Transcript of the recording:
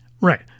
right